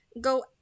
go